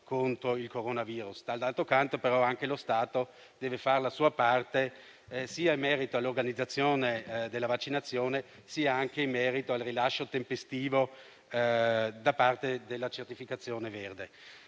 lo Stato deve fare la sua parte, sia in merito all'organizzazione della vaccinazione, sia in merito al rilascio tempestivo della certificazione verde.